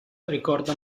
ricorda